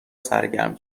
سرگرم